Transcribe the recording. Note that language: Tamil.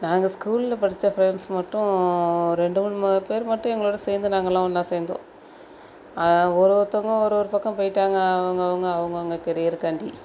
நாங்கள் ஸ்கூலில் படித்த ஃப்ரெண்ட்ஸ் மட்டும் ரெண்டு மூணு ம பேர் மட்டும் எங்களோடு சேர்ந்து நாங்கள்லாம் ஒன்னாக சேர்ந்தோம் ஒரு ஒருத்தவங்க ஒரு ஒரு பக்கம் போய்ட்டாங்க அவங்கவுங்க அவங்கவுங்க கெரியருக்காண்டி